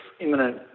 imminent